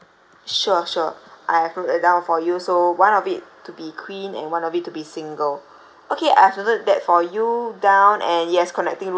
sure sure I've note it down for you so one of it to be queen and one of it to be single okay I've noted that for you down and yes connecting room not